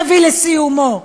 תביא לסיומו,